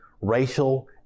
racial